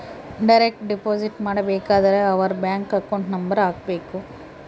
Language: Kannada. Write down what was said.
ಡೈರೆಕ್ಟ್ ಡಿಪೊಸಿಟ್ ಮಾಡಬೇಕಾದರೆ ಅವರ್ ಬ್ಯಾಂಕ್ ಅಕೌಂಟ್ ನಂಬರ್ ಹಾಕ್ಬೆಕು